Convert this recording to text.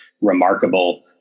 remarkable